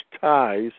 ties